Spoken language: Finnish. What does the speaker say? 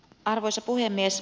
arvoisa puhemies